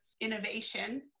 innovation